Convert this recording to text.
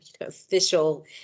official